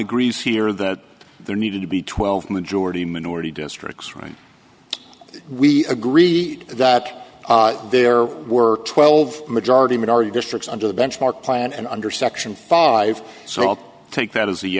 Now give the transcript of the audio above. agrees here that there needed to be twelve majority minority districts right we agreed that there were twelve majority minority districts under the benchmark plan and under section five so i'll take that as